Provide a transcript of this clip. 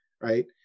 Right